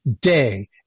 day